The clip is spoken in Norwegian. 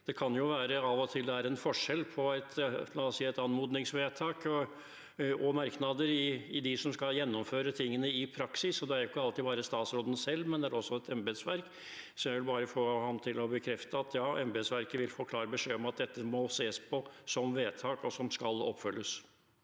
Det kan jo av og til være en forskjell på f.eks. et anmodningsvedtak og merknader hos dem som skal gjennomføre disse tingene i praksis, og det gjelder jo ikke alltid bare statsråden selv, men også et embetsverk. Så jeg vil bare få ham til å bekrefte at embetsverket vil få klar beskjed om at dette må ses på som vedtak og noe som skal følges